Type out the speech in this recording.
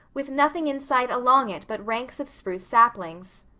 with nothing in sight along it but ranks of spruce saplings.